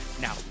Now